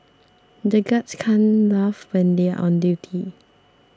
the guards can't laugh when they are on duty